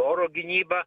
oro gynyba